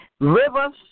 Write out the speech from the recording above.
rivers